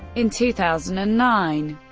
in two thousand and nine,